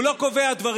הוא לא קובע דברים.